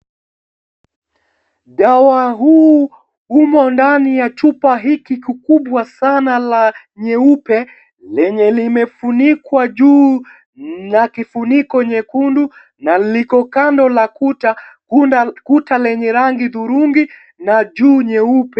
Dawa huu ume ndani ya chupa hiki kikubwa sana la nyeupe lenye limefunikwa juu na kifuniko nyekundu na liko kando la kuta. Kuta lenye rangi dhurungi na juu nyeupe.